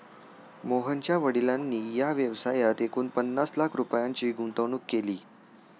मोहनच्या वडिलांनी या व्यवसायात एकूण पन्नास लाख रुपयांची गुंतवणूक केली